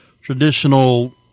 traditional